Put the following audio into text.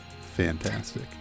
fantastic